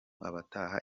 abataha